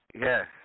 Yes